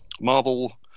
Marvel